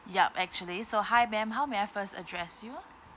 yup actually so hi ma'am how may I first address you